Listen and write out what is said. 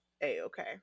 a-okay